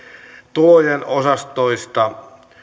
tulojen osastoista